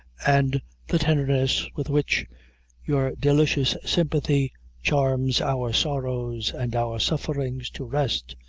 and the tenderness with which your delicious sympathy charms our sorrows and our sufferings to rest,